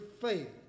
faith